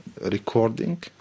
recording